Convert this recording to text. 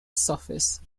surface